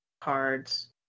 cards